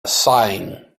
sighing